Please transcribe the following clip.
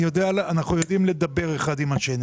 אנחנו יודעים לדבר אחד עם השני